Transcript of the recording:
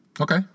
Okay